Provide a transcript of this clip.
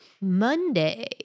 Monday